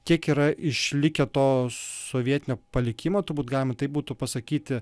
kiek yra išlikę to sovietinio palikimo turbūt galima taip būtų pasakyti